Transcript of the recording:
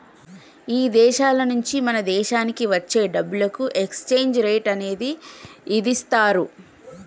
ఇదేశాల నుంచి మన దేశానికి వచ్చే డబ్బులకు ఎక్స్చేంజ్ రేట్ అనేది ఇదిస్తారు